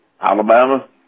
Alabama